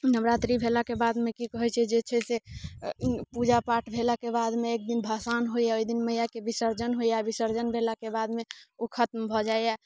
नवरात्रि भेलाके बादमे की कहैत छै जे से पूजा पाठ भेलाके बादमे एक दिन भसान होइया ओहि दिन मैयाँके विसर्जन होइया विसर्जन भेलाके बादमे ओ खत्म भऽ जाइया